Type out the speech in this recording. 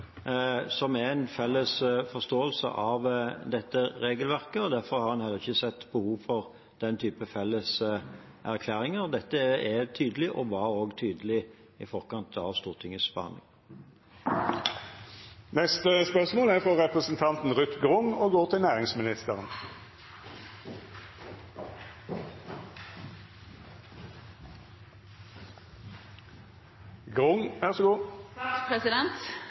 er en felles forståelse av dette regelverket, og derfor har en heller ikke sett behov for den typen felles erklæringer. Dette er tydelig, og det var også tydelig i forkant av Stortingets behandling. «Et velfungerende kapitalmarked er